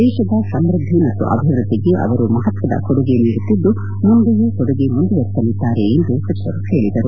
ದೇಶದ ಸಮ್ಯದ್ಧಿ ಮತ್ತು ಅಭಿವೃದ್ಧಿಗೆ ಅವರು ಮಹಶ್ವದ ಕೊಡುಗೆ ನೀಡುತ್ತಿದ್ದು ಮುಂದೆಯೂ ಕೊಡುಗೆ ಮುಂದುವರೆಸಲಿದ್ದಾರೆ ಎಂದು ಸಚಿವರು ಹೇಳಿದರು